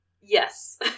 Yes